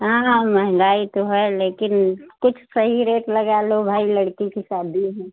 हाँ महंगाई तो है लेकिन कुछ सही रेट लगा लो भाई लड़की की शादी है